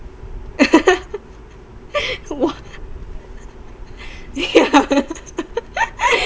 what yeah